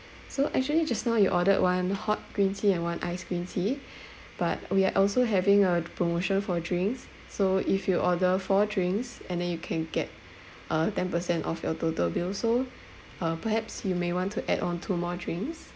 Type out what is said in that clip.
so actually just now you ordered one hot green tea and one iced green tea but we are also having a promotion for drinks so if you order four drinks and then you can get uh ten per cent off your total bill so uh perhaps you may want to add on two more drinks